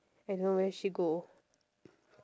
I don't know where she go